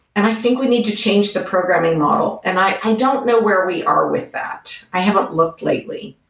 and i think we need to change the programming model. and i i don't know where we are with that. i haven't looked lately.